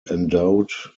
endowed